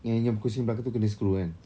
yang yang kerusi belakang tu kena screw kan